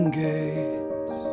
gates